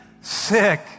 sick